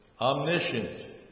omniscient